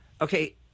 okay